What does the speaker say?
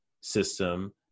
system